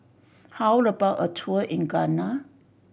how about a tour in Ghana